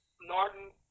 Norton